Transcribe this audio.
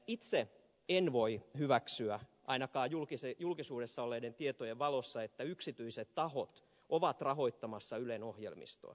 itse en voi hyväksyä ainakaan julkisuudessa olleiden tietojen valossa että yksityiset tahot ovat rahoittamassa ylen ohjelmistoa